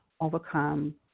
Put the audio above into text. overcome